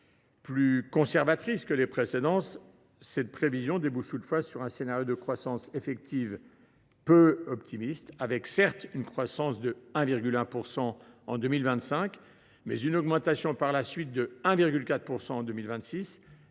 Plus conservatrice que les précédentes, cette prévision débouche toutefois sur un scénario de croissance effective qui peut paraître optimiste, avec certes une croissance de 1,1 % en 2025, mais une augmentation par la suite à 1,4 % en 2026